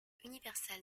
universal